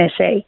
nsa